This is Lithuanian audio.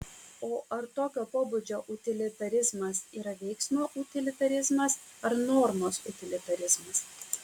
o ar tokio pobūdžio utilitarizmas yra veiksmo utilitarizmas ar normos utilitarizmas